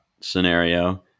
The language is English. scenario